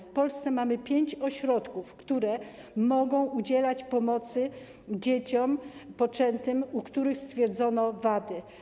W Polsce mamy pięć ośrodków, które mogą udzielać pomocy dzieciom poczętym, u których stwierdzono wady.